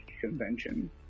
convention